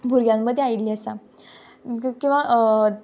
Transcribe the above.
भुरग्यां मदीं आयिल्ली आसा किंवां